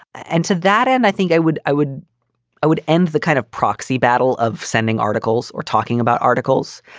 and to that end, i think i would i would i would end the kind of proxy battle of sending articles or talking about articles.